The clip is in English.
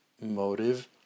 motive